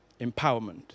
empowerment